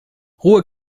ruhe